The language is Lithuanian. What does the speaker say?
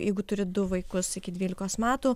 jeigu turi du vaikus iki dvylikos metų